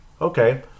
okay